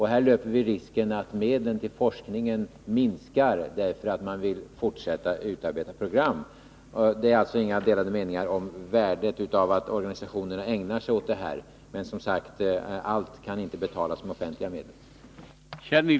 Här löper vi risken att medlen till forskningen minskar därför att man vill fortsätta att utarbeta program. Det är alltså inga delade meningar om värdet av att organisationerna ägnar sig åt detta. Men, som sagt, allt kan inte betalas med offentliga medel.